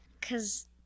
Cause